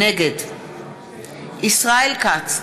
נגד ישראל כץ,